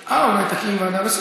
אה, אולי היא תקים ועדה.